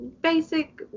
basic